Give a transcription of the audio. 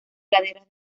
laderas